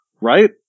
Right